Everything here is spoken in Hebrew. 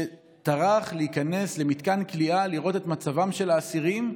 שטרח להיכנס למתקן כליאה לראות את מצבם של האסירים.